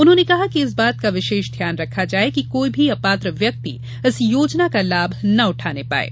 उन्होंने कहा कि इस बात का विशेष ध्यान रखा जाये कि कोई भी अपात्र व्यक्ति इस योजना का लाभ ना उठाने पाये